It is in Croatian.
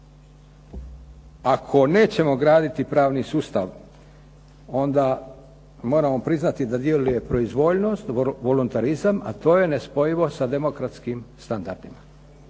Ako nećemo graditi pravni sustav onda moramo priznati da djeluje proizvoljnost, volontarizam, a to je nespojivo sa demokratskim standardima.